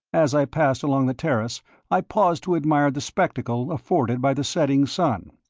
as i passed along the terrace i paused to admire the spectacle afforded by the setting sun.